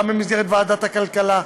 גם במסגרת ועדת הכלכלה,